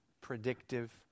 predictive